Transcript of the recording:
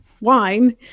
Wine